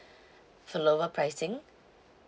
for lower pricing